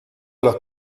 alla